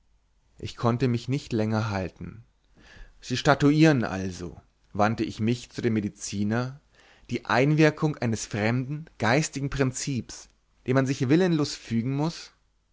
ich konnte mich nicht länger halten sie statuieren also wandte ich mich zu dem mediziner die einwirkung eines fremden geistigen prinzips dem man sich willenlos fügen muß